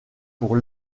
pour